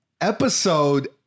episode